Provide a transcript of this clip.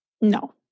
No